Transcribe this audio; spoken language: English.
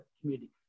community